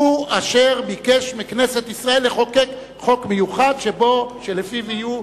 הוא אשר ביקש מכנסת ישראל לחוקק חוק מיוחד שלפיו יהיו,